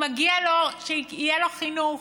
מגיע לו שיהיה לו חינוך.